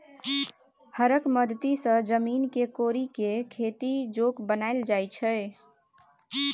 हरक मदति सँ जमीन केँ कोरि कए खेती जोग बनाएल जाइ छै